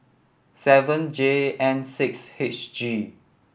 seven J N six H G